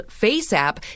FaceApp